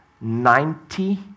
Ninety